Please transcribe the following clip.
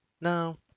No